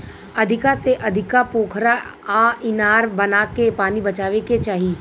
अधिका से अधिका पोखरा आ इनार बनाके पानी बचावे के चाही